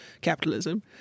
capitalism